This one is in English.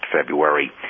February